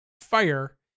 fire